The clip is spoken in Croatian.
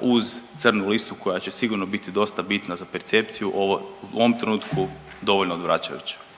uz crnu listu koja će sigurno biti dosta bitna za percepciju u ovom trenutku dovoljno odvraćajuća.